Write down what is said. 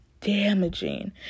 damaging